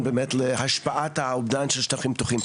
באמת להשפעת האובדן של שטחים פתוחים,